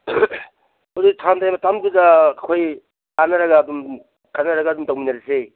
ꯃꯇꯝꯗꯨꯗ ꯑꯩꯈꯣꯏꯒꯤ ꯇꯥꯟꯅꯔꯒ ꯑꯗꯨꯝ ꯈꯟꯅꯔꯒ ꯑꯗꯨꯝ ꯇꯧꯃꯤꯟꯅꯔꯁꯦ